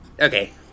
Okay